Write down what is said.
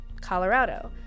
Colorado